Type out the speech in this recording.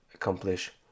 accomplish